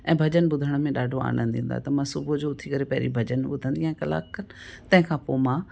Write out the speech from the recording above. ऐं भॼन ॿुधण में ॾाढो आनंदु ईंदो आहे त मां सुबुह जो उथी करे पहिरीं भॼन ॿुधंदी आहियां कलाकु खनि तंहिंखां पोइ मां